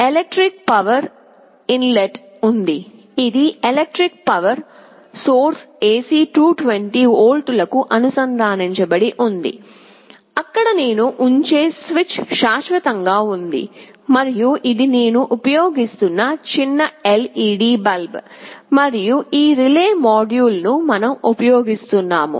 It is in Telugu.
ఎలక్ట్రిక్ పవర్ ఇన్ లెట్ ఉంది ఇది ఎలక్ట్రిక్ పవర్ సోర్స్ ఎసి 220 వోల్ట్లకు అనుసంధానించబడి ఉంది అక్కడ నేను ఉంచే స్విచ్ శాశ్వతంగా ఉంది మరియు ఇది నేను ఉపయోగిస్తున్న చిన్న ఎల్ఇడి బల్బ్ మరియు ఈ రిలే మాడ్యూల్ ను మనం ఉపయోగిస్తున్నాము